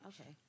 Okay